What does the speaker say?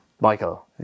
Michael